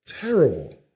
Terrible